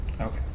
Okay